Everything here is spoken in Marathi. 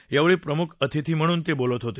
यावेळी प्रमुख अतिथी म्हणून ते बोलत होते